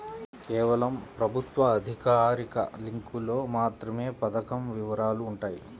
కేవలం ప్రభుత్వ అధికారిక లింకులో మాత్రమే పథకం వివరాలు వుంటయ్యి